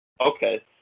Okay